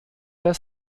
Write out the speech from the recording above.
der